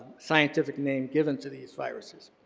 scientific name given to these viruses.